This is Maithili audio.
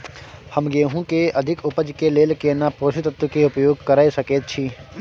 हम गेहूं के अधिक उपज के लेल केना पोषक तत्व के उपयोग करय सकेत छी?